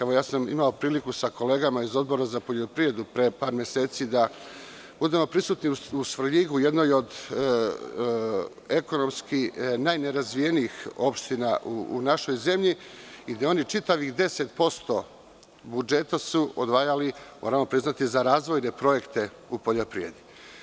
Evo, imao sam priliku sa kolegama iz Odbora za poljoprivredu pre par meseci da budemo prisutni u Svrljigu, jednoj od ekonomski najnerazvijenijih opština u našoj zemlji i gde oni čitavih 10% budžeta su izdvajali za razvojne projekte u poljoprivredi.